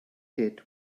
did